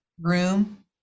room